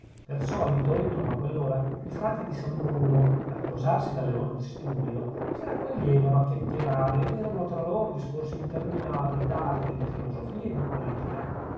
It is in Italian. per solito intorno a quell'ora i frati di san bruno a riposarsi dalle ore di studio si raccoglievano a chiacchierare ed erano tra loro discorsi interminabili d'arte di filosofia e di politica